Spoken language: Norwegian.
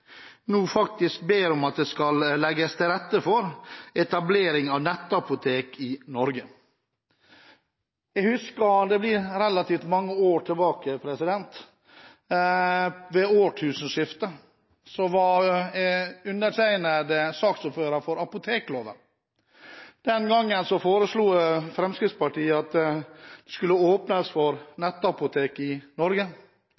faktisk ber om at det skal legges til rette for etablering av nettapotek i Norge. For relativt mange år siden, ved årtusenskiftet, var undertegnede saksordfører for apotekloven. Den gang foreslo Fremskrittspartiet at det skulle åpnes for nettapotek i Norge,